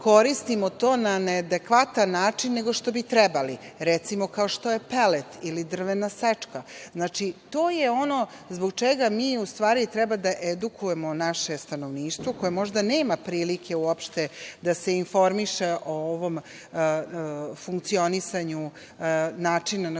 koristimo to na ne adekvatan način nego što bi trebali, recimo, kao što je pelet ili drvena sečka. Znači, to je ono zbog čega mi u stvari treba da edukujemo naše stanovništvo koje možda nema prilike uopšte da se informiše o ovom funkcionisanju načina na